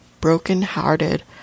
broken-hearted